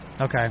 Okay